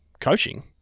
coaching